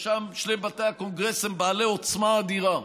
ששם שני בתי הקונגרס הם בעלי עוצמה אדירה.